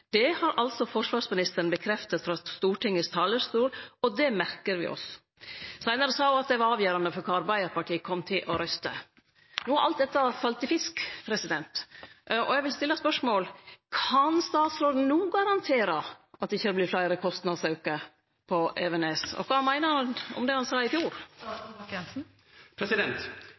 Det har altså forsvarsministeren bekreftet fra Stortingets talerstol, og det merker vi oss.» Seinare sa ho at det var avgjerande for kva Arbeidarpartiet kom til å røyste. No har alt dette falle i fisk, og eg vil stille spørsmål: Kan statsråden no garantere at det ikkje vert fleire kostnadsaukar på Evenes? Og kva meiner han om det han sa i fjor?